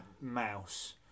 mouse